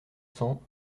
cents